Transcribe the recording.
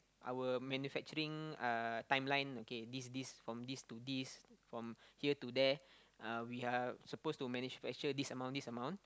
our manufacturing uh timeline okay this this from this to this from here to there uh we are supposed to manufacture this amount this amount